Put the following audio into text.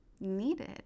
needed